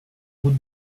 route